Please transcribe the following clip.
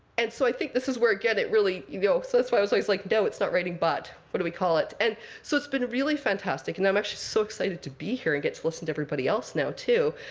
and so i think this is where, again, it really you know so that's why i was always like, no, it's not writing. but what do we call it? and so it's been really fantastic. and i'm actually so excited to be here and get to listen to everybody else now, too.